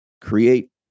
create